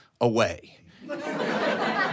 away